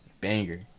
Banger